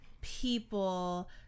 people